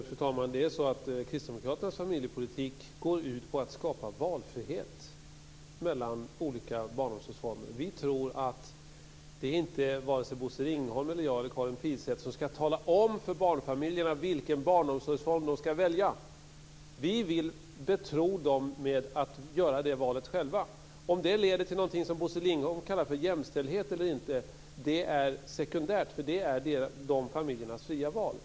Fru talman! Kristdemokraternas familjepolitik går ut på att skapa valfrihet mellan olika barnomsorgsformer. Vi tror inte att det är Bosse Ringholm, Karin Pilsäter eller jag som skall tala om för barnfamiljerna vilken barnomsorgsform de skall välja. Vi vill betro dem med att göra det valet själva. Om det leder till någonting som Bosse Ringholm kallar för jämställdhet eller inte är sekundärt. Detta skall vara dessa familjers fria val.